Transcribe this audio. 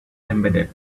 embedded